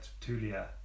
Tulia